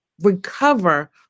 recover